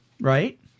right